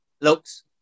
Looks